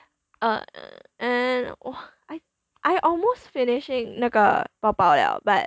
err and !wah! I I almost finishing 那个包包了 but